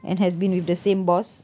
and has been with the same boss